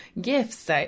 gifts